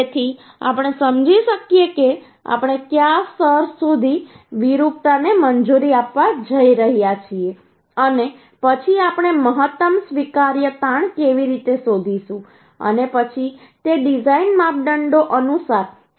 જેથી આપણે સમજી શકીએ કે આપણે કયા સ્તર સુધી વિરૂપતા ને મંજૂરી આપવા જઈ રહ્યા છીએ અને પછી આપણે મહત્તમ સ્વીકાર્ય તાણ કેવી રીતે શોધીશું અને પછી તે ડિઝાઇન માપદંડો અનુસાર નક્કી કરવામાં આવશે